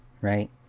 right